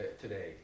today